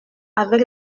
avec